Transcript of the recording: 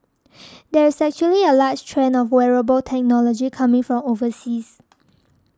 there is actually a huge trend of wearable technology coming from overseas